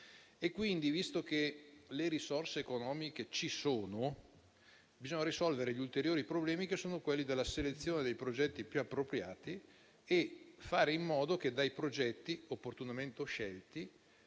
Quindi, visto che le risorse economiche ci sono, bisogna risolvere gli ulteriori problemi, che sono quelli della selezione dei progetti più appropriati e fare in modo che dai progetti, opportunamente scelti